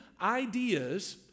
ideas